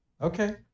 Okay